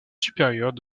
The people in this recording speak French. supérieures